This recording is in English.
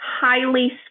highly